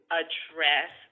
address